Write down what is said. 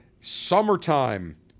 summertime